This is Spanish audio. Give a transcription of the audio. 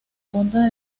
punta